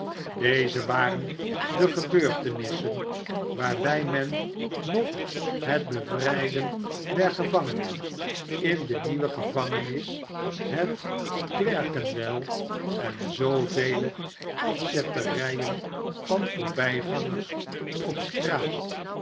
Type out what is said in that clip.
deze waren de gebeurtenissen waarbij men nog het bevrijden der gevangenen in de nieuwe gevangenis het cler kenwell en zoovele afzetterijen van voorbijgangers op straat